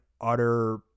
utter